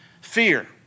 Fear